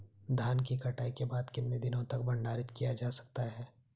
धान की कटाई के बाद कितने दिनों तक भंडारित किया जा सकता है?